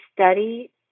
study